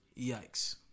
Yikes